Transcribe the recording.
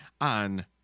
on